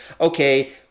okay